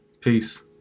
Peace